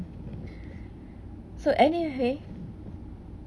so anyway